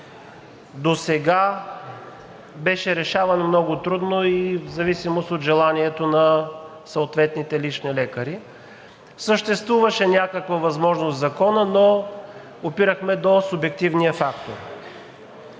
досега беше решаван много трудно и в зависимост от желанието на съответните лични лекари. Съществуваше някаква възможност в закона, но опирахме до субективния фактор.